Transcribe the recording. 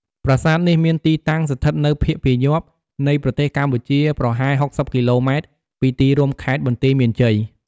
ប្រាសាទនេះមានទីតាំងស្ថិតនៅភាគពាយព្យនៃប្រទេសកម្ពុជា ប្រហែល ៦០ គីឡូម៉ែត្រពីទីរួមខេត្តបន្ទាយមានជ័យ។